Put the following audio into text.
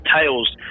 tails